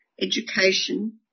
education